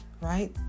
right